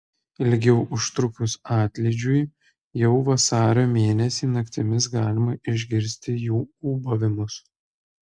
ilgiau užtrukus atlydžiui jau vasario mėnesį naktimis galima išgirsti jų ūbavimus